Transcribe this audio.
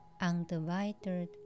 undivided